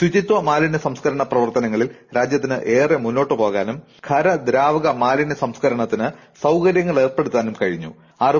ശുചിത്വ മാലിന്യ സംസ്കരണ പ്രവർത്തനങ്ങളിൽ രാജ്യത്തിന് ഏറെ മുന്നോട്ടുപോകാനും ഖര ദ്രാവക മാലിന്യ സംസ്കരണത്തിന് സൌകര്യങ്ങളേർപ്പെടൂത്താനും കഴിഞ്ഞു